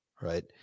right